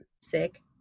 sick